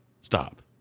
Stop